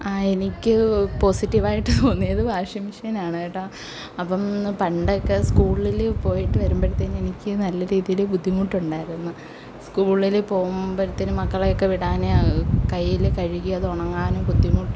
ആ എനിക്ക് പോസിറ്റീവായിട്ട് തോന്നിയത് വാഷിംഗ് മെഷീനാണ് കേട്ടോ അപ്പം പണ്ടൊക്കെ സ്കൂളിൽ പോയിട്ട് വരുമ്പോഴത്തേന് എനിക്ക് നല്ല രീതിയിൽ ബുദ്ധിമുട്ടുണ്ടായിരുന്നു സ്കൂളിൽ പോവുമ്പോഴത്തേനും മക്കളക്കെ വിടാന് കയ്യിൽ കഴുകി അത് ഉണങ്ങാനും ബുദ്ധിമുട്ട്